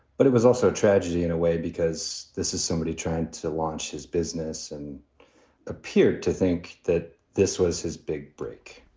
but it was also a tragedy in a way, because this is somebody trying to launch his business and appeared to think that this was his big break